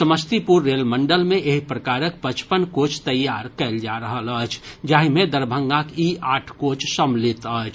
Samastipur rail मंडल मे एहि प्रकारक पचपन कोच तैयार कयल जा रहल अछि जाहि मे दरभंगाक ई आठ कोच सम्मिलित अछि